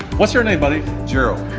what's your name, buddy? jeryl.